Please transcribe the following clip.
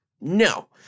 No